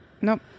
Nope